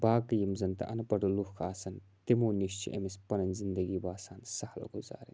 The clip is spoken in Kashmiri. باقی یِم زَن تہٕ اَنپَڑ لُکھ آسَن تِمو نِش چھِ أمِس پَنٕنۍ زندگی باسان سہَل گُزارٕنۍ